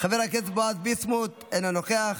חבר הכנסת בועז ביסמוט, אינו נוכח,